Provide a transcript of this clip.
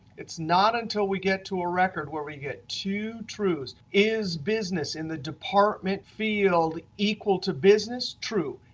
it's not until we get to a record where we get two truths. is business in the department field equal to business? true.